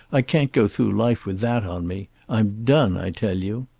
i can't go through life with that on me. i'm done, i tell you.